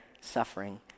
suffering